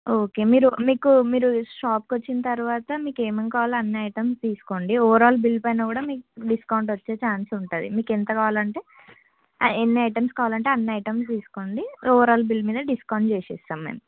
okay మీరు మీకు మీరు షాప్కు వచ్చిన తర్వాత మీకు ఏమేం కావాలో అన్ని ఐటెం తీసుకోండి ఓవరాల్ బిల్లు పైన కూడా మీకు డిస్కౌంట్ వచ్చే ఛాన్సెస్ ఉంటుంది మీకు ఎంత కావాలంటే ఆ ఎన్ని ఐటమ్స్ కావాలంటే అన్ని ఐటమ్స్ తీసుకోండి ఓవరాల్ బిల్ మీదే డిస్కౌంట్ చేసేస్తాము మేము